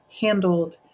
handled